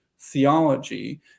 Theology